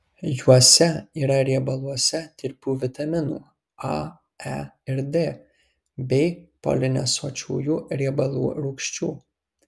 juose yra riebaluose tirpių vitaminų a e ir d bei polinesočiųjų riebalų rūgščių